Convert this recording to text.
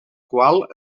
qual